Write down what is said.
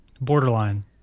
Borderline